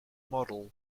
model